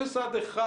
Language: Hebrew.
אפס עד אחד